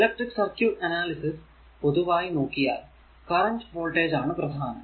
electric circuit analysis പൊതുവായി നോക്കിയാൽ current voltage ആണ് പ്രധാനം